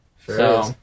Sure